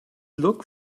look